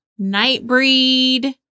Nightbreed